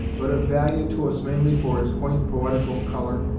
but of value to us mainly for its quaint poetical colour,